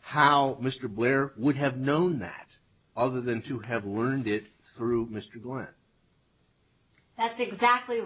how mr blair would have known that other than to have learned it through mr going that's exactly